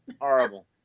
Horrible